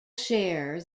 share